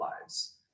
lives